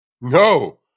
No